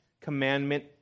commandment